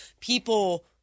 people